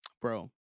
bro